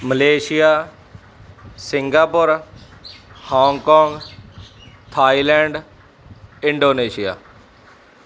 Malaysia Singapore Hong Kong Thailand Indonesia